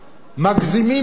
מגזימים פה,